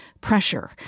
pressure